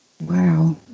Wow